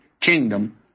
kingdom